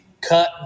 cut